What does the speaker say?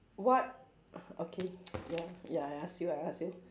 what okay ya ya I ask you I ask you